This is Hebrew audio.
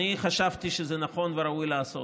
חשבתי שכך נכון וראוי לעשות.